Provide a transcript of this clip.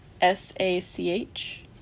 S-A-C-H